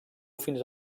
fins